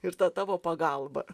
ir tą tavo pagalbą